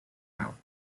out